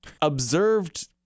observed